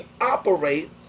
operate